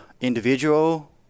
individual